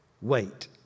wait